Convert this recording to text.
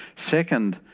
second,